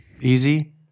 easy